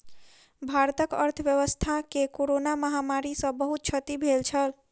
भारतक अर्थव्यवस्था के कोरोना महामारी सॅ बहुत क्षति भेल छल